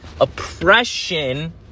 oppression